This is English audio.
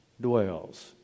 dwells